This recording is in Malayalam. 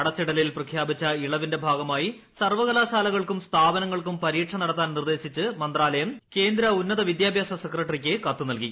അടച്ചിടലിൽ പ്രഖ്യാപിച്ച ഇളവിന്റെ ഭാഗമായി സർവകലാശാലകൾക്കും സ്ഥാപനങ്ങൾക്കും പരീക്ഷ നടത്താൻ നിർദ്ദേശിച്ച് മന്ത്രാലയം കേന്ദ്ര ഉന്നത വിദ്യാഭ്യാസ സെക്രട്ടറിക്ക് കത്ത് നൽകി